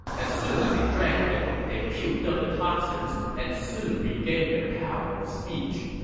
as soon as they drank it, they puked up the toxins and soon regained their power of speech.